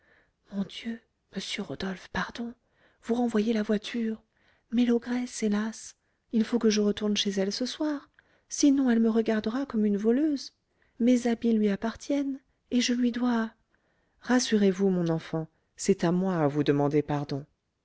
mon dieu monsieur rodolphe pardon vous renvoyez la voiture mais l'ogresse hélas il faut que je retourne chez elle ce soir sinon elle me regardera comme une voleuse mes habits lui appartiennent et je lui dois rassurez-vous mon enfant c'est à moi à vous demander pardon